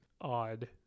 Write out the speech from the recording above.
odd